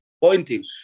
pointing